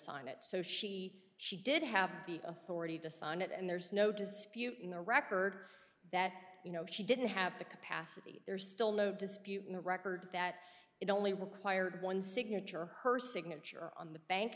sign it so she she did have the authority to sign it and there's no dispute in the record that you know she didn't have the capacity there's still no dispute in the record that it only required one signature her signature on the bank